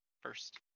first